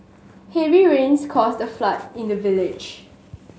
heavy rains caused a flood in the village